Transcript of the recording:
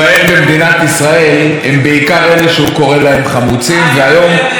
במדינת ישראל הם בעיקר אלה שהוא קורא להם חמוצים והיום